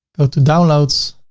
go to downloads.